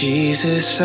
Jesus